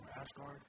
Asgard